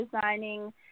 designing